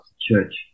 Church